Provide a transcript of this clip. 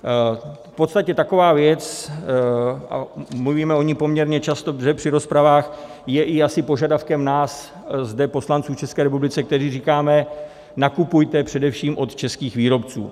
V podstatě taková věc, a mluvíme o ní poměrně často zde při rozpravách, je i asi požadavkem nás zde, poslanců v České republice, kteří říkáme, nakupujte především od českých výrobců.